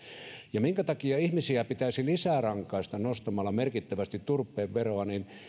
kaksituhattakaksikymmentäviisi minkä takia ihmisiä pitäisi lisärankaista nostamalla merkittävästi turpeen veroa